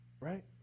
right